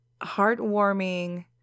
heartwarming